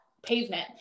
pavement